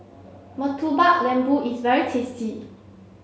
Murtabak Lembu is very tasty